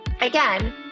Again